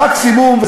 מקסימום,